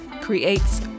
creates